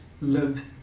live